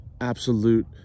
absolute